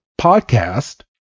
podcast